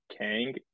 Kang